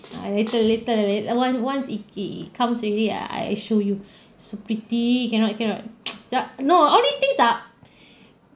ah later later late~ once once it it it comes already I I I show you so pretty cannot cannot you know all these things ah